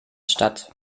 statt